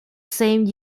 same